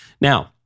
Now